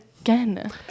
again